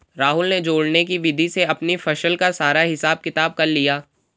राहुल ने जोड़ने की विधि से अपनी फसल का सारा हिसाब किताब कर लिया